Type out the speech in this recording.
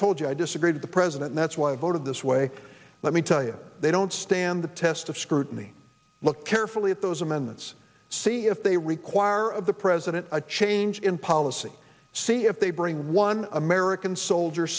told you i disagreed the president that's why i voted this way let me tell you they don't stand the test of scrutiny look carefully at those amendments see if they require of the president a change in policy see if they bring one american soldier